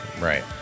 Right